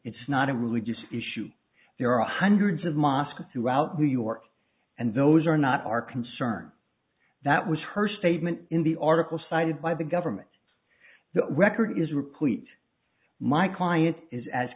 it's not a religious issue there are hundreds of mosques throughout new york and those are not our concern that was her statement in the article cited by the government the record is replete my client is as